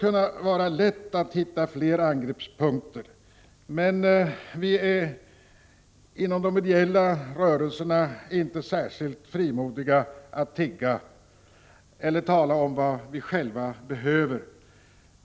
Det skulle vara lätt att hitta fler angreppspunkter, men vi är inom de ideella rörelserna inte särskilt frimodiga att tigga eller tala om vad vi själva behöver.